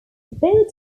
boat